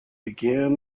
began